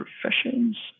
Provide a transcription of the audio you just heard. professions